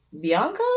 Bianca